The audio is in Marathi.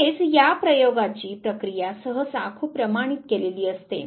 तसेच या प्रयोगाची प्रक्रिया सहसा खूप प्रमाणित केलेली असते